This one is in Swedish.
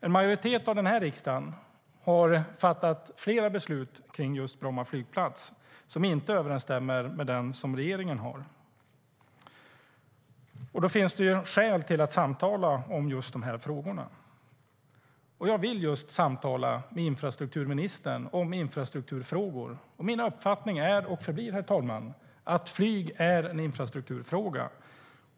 En majoritet av den här riksdagen har fattat flera beslut om just Bromma flygplats som inte överensstämmer med den syn regeringen har. Då finns det alltså skäl att samtala om just dessa frågor. Jag vill samtala med infrastrukturministern om infrastrukturfrågor. Min uppfattning är och förblir att flyg är en infrastrukturfråga.